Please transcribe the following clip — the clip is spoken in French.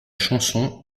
chanson